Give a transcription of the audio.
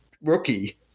rookie